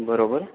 બરોબર